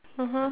(uh huh)